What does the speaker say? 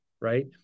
right